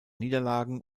niederlagen